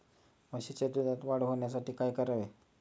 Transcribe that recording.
म्हशीच्या दुधात वाढ होण्यासाठी काय करावे?